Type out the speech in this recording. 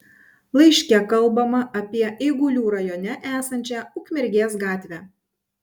laiške kalbama apie eigulių rajone esančią ukmergės gatvę